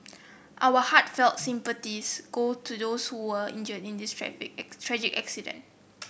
our heartfelt sympathies go to the also were injured in this traffic tragic accident